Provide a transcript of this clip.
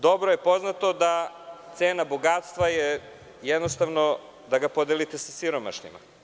Dobro je poznato da cena bogatstva je da ga podelite sa siromašnim.